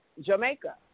Jamaica